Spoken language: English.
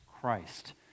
Christ